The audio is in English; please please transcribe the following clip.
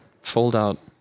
fold-out